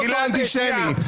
גינית את רצח משפחת די?